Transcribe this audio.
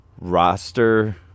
roster